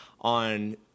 on